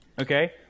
Okay